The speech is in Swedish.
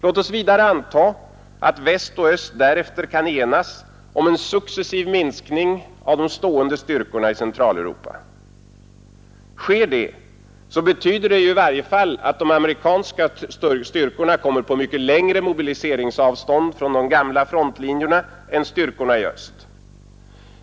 Låt oss vidare anta att väst och öst därefter kan enas om en successiv minskning av de stående styrkorna i Centraleuropa. Sker detta betyder det i varje fall att de amerikanska styrkorna kommer på mycket längre mobiliseringsavstånd från de gamla frontlinjerna än styrkorna i öst.